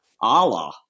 Allah